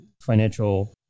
financial